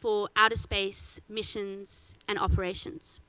for outer space missions and operations.